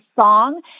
song